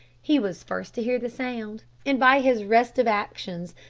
he was first to hear the sound, and by his restive actions,